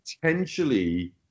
potentially